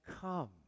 come